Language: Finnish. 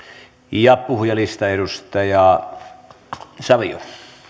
ja puhujalistaan edustaja savio